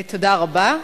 תודה רבה.